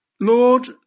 Lord